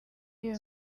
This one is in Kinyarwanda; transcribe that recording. iyo